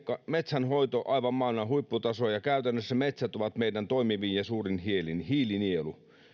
metsänhoito on aivan maailman huipputasoa ja käytännössä metsät ovat meidän toimivin ja suurin hiilinielu